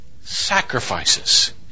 sacrifices